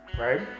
right